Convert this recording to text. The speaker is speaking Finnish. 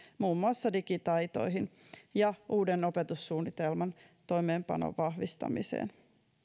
muun muassa digitaitoihin ja uuden opetussuunnitelman toimeenpanon vahvistamiseen